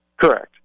Correct